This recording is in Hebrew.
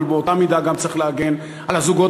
אבל באותה מידה צריך להגן גם על הזוגות